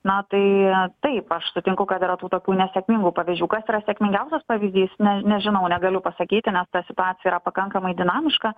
na tai taip aš sutinku kad yra tų tokių nesėkmingų pavyzdžių kas yra sėkmingiausias pavyzdys ne nežinau negaliu pasakyti nes ta situacija yra pakankamai dinamiška